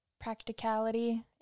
practicality